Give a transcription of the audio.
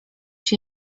się